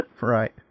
Right